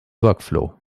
workflow